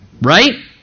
right